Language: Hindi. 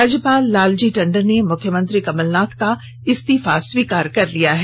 राज्यपाल लालजी टंडन ने मुख्यमंत्री कमलनाथ का इस्तीफा स्वीकार कर लिया है